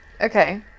Okay